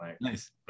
Nice